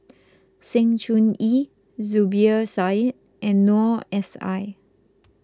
Sng Choon Yee Zubir Said and Noor S I